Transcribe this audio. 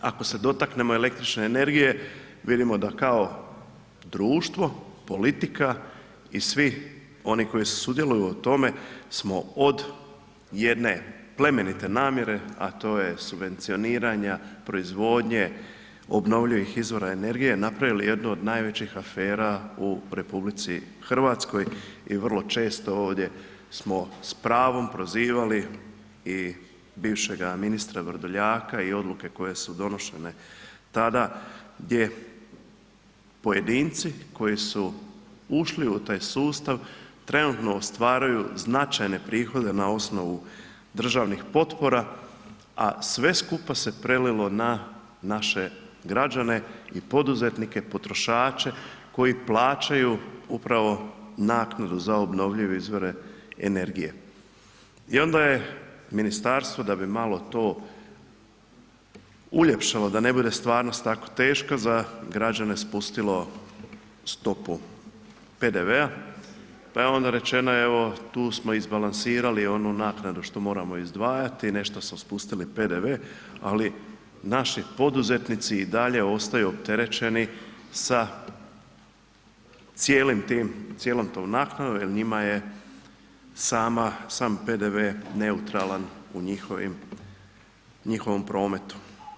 Ako se dotaknemo električne energije, vidimo da kao društvo, politika i svi koji sudjeluju u tome su od jedne plemenite namjere, a to je subvencioniranja proizvodnje obnovljivih izvora energije napravili jednu od najvećih afera u RH i vrlo često ovdje smo s pravom prozivali i bivšega ministra Vrdoljaka i odluke koje su donošene tada gdje pojedinci koji su ušli u taj sustav trenutno ostvaruju značajne prihode na osnovu državnih potpora, a sve skupa se prelilo na naše građane i poduzetnike potrošače koji plaćaju upravo naknadu za obnovljive izvore energije i onda je ministarstvo da bi malo to uljepšalo da ne bude stvarnost tako teška za građane spustilo stopu PDV-a pa je onda rečeno evo, tu smo izbalansirali onu naknadu što moramo izdvajati, nešto su spustili PDV, ali naši poduzetnici i dalje ostaju opterećeni sa cijelim tom naknadom jer njima je sam PDV neutralan u njihovom prometu.